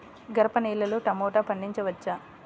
గరపనేలలో టమాటా పండించవచ్చా?